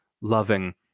loving